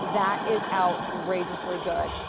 that is outrageously good,